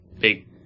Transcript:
big